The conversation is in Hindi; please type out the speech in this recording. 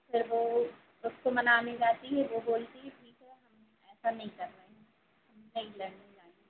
फिर वह उसको मनाने जाती है वह बोलती है ठीक है हम ऐसा नहीं कर रहे हैं हम नहीं लड़ने जाऍंगे